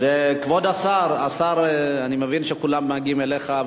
וכבוד השר, אני מבין שכולם מגיעים אליך.